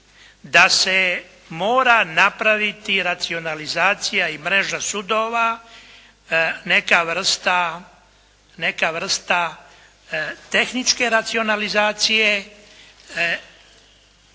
da se mora napraviti racionalizacija i mreža sudova, neka vrsta tehničke racionalizacije